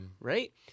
right